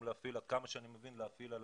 עד כמה שאני מבין הוא יכול להפעיל על